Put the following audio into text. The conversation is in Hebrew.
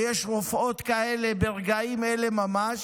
ויש רופאות כאלה ברגעים אלה ממש,